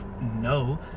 no